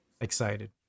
Excited